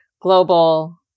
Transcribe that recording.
global